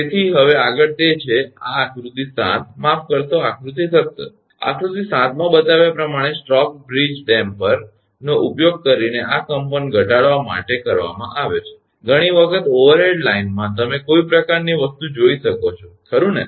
તેથી હવે આગળ તે છે કે આ આકૃતિ 7 માફ કરશો આકૃતિ 17 આકૃતિ 7 માં બતાવ્યા પ્રમાણે સ્ટોક બ્રિજ ડેમ્પરનો ઉપયોગ આ કંપન ઘટાડવા માટે કરવામાં આવે છે ઘણી વખત ઓવરહેડ લાઇનમાં તમે કોઈ પ્રકારની વસ્તુ જોઈ શકો છો ખરુ ને